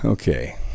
Okay